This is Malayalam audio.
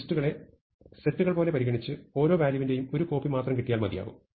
ലിസ്റ്റുകളെ സെറ്റുകൾ പോലെ പരിഗണിച്ച് ഓരോ വാല്യൂവിന്റേയും ഒരു കോപ്പി മാത്രം കിട്ടിയാൽ മതിയാകും